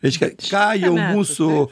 reiškia ką jau mūsų